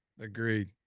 Agreed